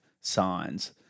signs